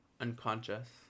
unconscious